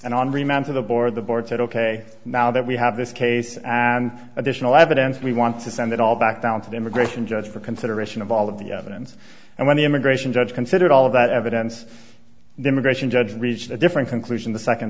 and on remand to the board the board said ok now that we have this case and additional evidence we want to send it all back down to the immigration judge for consideration of all of the evidence and when the immigration judge considered all of that evidence the immigration judge reached a different conclusion the second